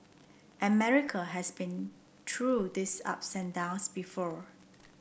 America has been through these ups and downs before